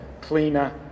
cleaner